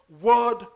word